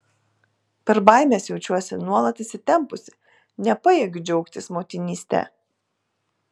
per baimes jaučiuosi nuolat įsitempusi nepajėgiu džiaugtis motinyste